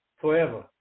forever